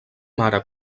mare